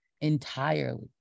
Entirely